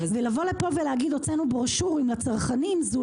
ולבוא פה ולהגיד: הוצאנו ברושורים לצרכנים זו